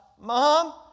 Mom